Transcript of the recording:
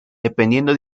dependiendo